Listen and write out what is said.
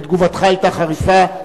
ותגובתך היתה חריפה,